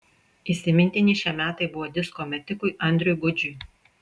įsimintini šie metai buvo disko metikui andriui gudžiui